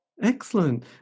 Excellent